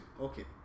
Okay